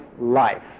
life